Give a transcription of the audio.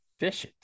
Fishit